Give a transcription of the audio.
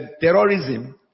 terrorism